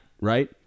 right